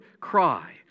cry